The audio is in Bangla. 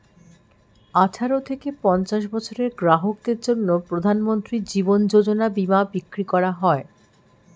আঠারো থেকে পঞ্চাশ বছরের গ্রাহকদের জন্য প্রধানমন্ত্রী জীবন যোজনা বীমা বিক্রি করা হয়